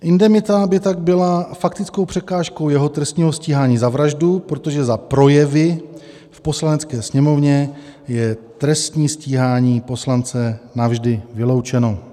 Indemita by tak byla faktickou překážkou jeho trestního stíhání za vraždu, protože za projevy v Poslanecké sněmovně je trestní stíhání poslance navždy vyloučeno.